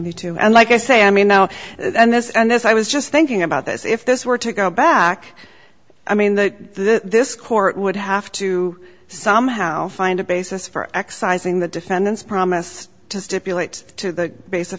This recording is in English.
and like i say i mean now and this and this i was just thinking about this if this were to go back i mean that this court would have to somehow find a basis for excising the defendant's promise to stipulate to the base of